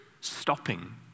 stopping